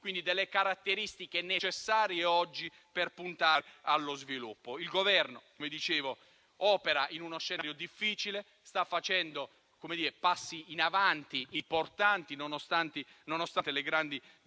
quindi delle caratteristiche necessarie oggi per puntare allo sviluppo. Il Governo opera in uno scenario difficile, sta facendo passi in avanti importanti nonostante le grandi difficoltà